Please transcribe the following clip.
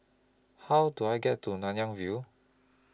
How Do I get to Nanyang View